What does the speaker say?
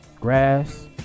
grass